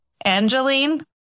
Angeline